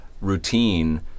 routine